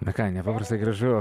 na ką nepaprastai gražu